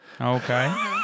Okay